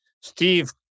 Steve